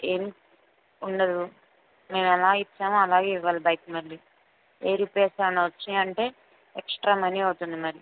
ఏం ఉండదు మేం ఎలా ఇచ్చామో అలాగే ఇవ్వాలి బైక్ మళ్ళీ ఏ రిపేర్స్ ఏమన్నా వచ్చాయంటే ఎక్స్ట్రా మనీ అవుతుంది మరి